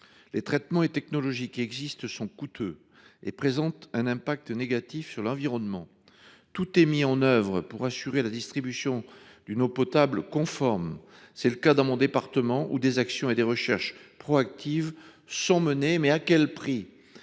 Les traitements et les technologies qui existent sont coûteux et ont un effet négatif sur l’environnement. Tout est mis en œuvre pour assurer la distribution d’une eau potable conforme : c’est le cas en Charente Maritime, où des actions et des recherches proactives sont menées – mais à quel prix ?